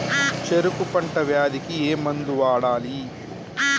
చెరుకు పంట వ్యాధి కి ఏ మందు వాడాలి?